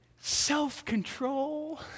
Self-control